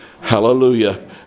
Hallelujah